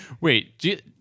wait